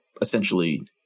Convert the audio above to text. essentially